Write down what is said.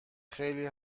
خیلی